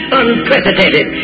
unprecedented